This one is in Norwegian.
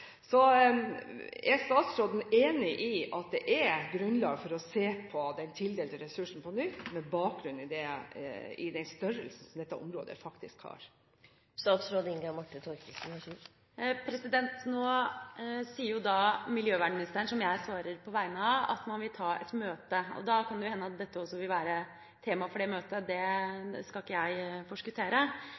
Er statsråden enig i at det er grunnlag for å se på den tildelte ressursen på nytt, på bakgrunn av den størrelsen som dette området faktisk har? Nå sier miljøvernministeren, som jeg svarer på vegne av, at man vil ta et møte. Og da kan det jo hende at dette også vil være tema for det møtet. Det skal ikke jeg forskuttere,